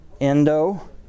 Endo